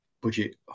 budget